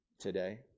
today